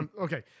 Okay